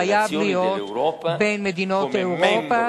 חייב להיות בין מדינות אירופה,